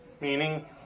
Meaning